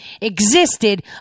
existed